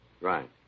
right